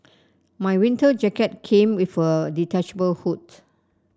my winter jacket came with a detachable hood